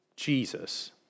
Jesus